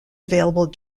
available